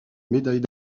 médaille